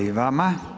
i vama.